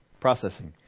processing